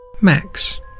Max